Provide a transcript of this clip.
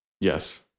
yes